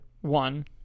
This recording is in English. one